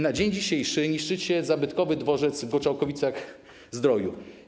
Na dzień dzisiejszy niszczycie zabytkowy dworzec w Goczałkowicach-Zdroju.